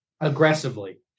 aggressively